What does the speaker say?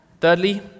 Thirdly